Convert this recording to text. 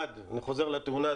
1. אני חוזר לתאונה,